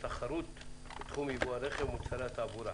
התחרות בתחום יבוא הרכב ומוצרי התעבורה.